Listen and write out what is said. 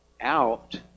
out